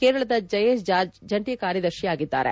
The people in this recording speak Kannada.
ಕೇರಳದ ಜಯೇಶ್ ಜಾರ್ಜ್ ಜಂಟಿ ಕಾರ್ಯದರ್ಶಿಯಾಗಿದ್ದಾರೆ